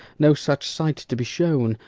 no such sight to be shown,